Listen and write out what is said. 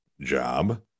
job